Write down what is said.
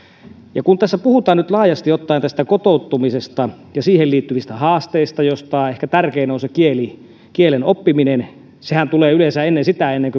kun tässä puhutaan nyt laajasti ottaen kotoutumisesta ja siihen liittyvistä haasteista joista ehkä tärkein on kielen oppiminen sehän tulee yleensä ennen